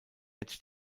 edge